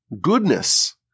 goodness